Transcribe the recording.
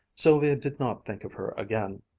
sylvia did not think of her again.